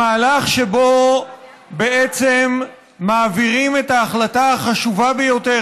המהלך שבו בעצם מעבירים את ההחלטה החשובה ביותר,